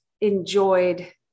enjoyed